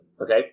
okay